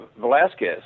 Velasquez